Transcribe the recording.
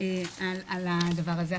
על הדבר הזה.